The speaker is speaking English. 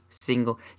single